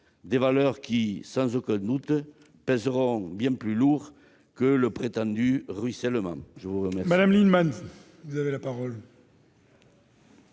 des valeurs qui, sans aucun doute, pèseront bien plus lourd que le prétendu ruissellement ! La parole